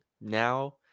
now